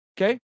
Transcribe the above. okay